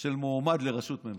של מועמד לראשות ממשלה.